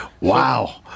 Wow